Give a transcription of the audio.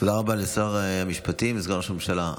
תודה רבה לשר המשפטים וסגן ראש הממשלה.